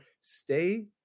stay